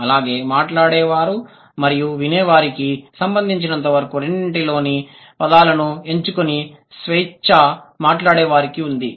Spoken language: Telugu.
అలాగే మాట్లాడే వారు మరియు వినే వారికి సంబంధించినంతవరకు రెండింటిలోని పదాలను ఎంచుకొని స్వేచ్ఛ మాట్లాడేవారికి ఉంది